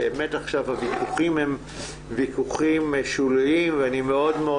באמת עכשיו הוויכוחים הם ויכוחים שוליים ואני מאוד מאוד